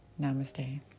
Namaste